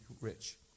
rich